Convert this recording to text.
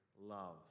love